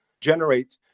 generate